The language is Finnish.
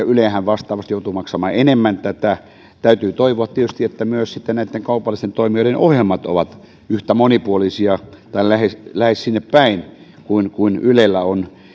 ylehän vastaavasti joutuu maksamaan enemmän tätä täytyy toivoa tietysti että sitten myös näitten kaupallisten toimijoiden ohjelmat ovat yhtä monipuolisia tai lähes sinnepäin kuin kuin ylellä on